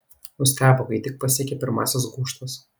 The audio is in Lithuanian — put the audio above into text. nustebo kai tik pasiekė pirmąsias gūžtas